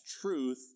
truth